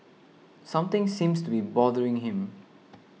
something seems to be bothering him